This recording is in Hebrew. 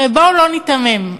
בואו לא ניתמם,